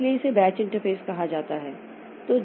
इसलिए इसे batch interface कहा जाता है